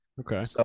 Okay